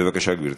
בבקשה, גברתי.